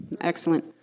Excellent